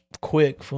quick